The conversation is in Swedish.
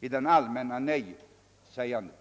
i det allmänna nejsägandet.